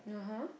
(uh huh)